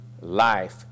life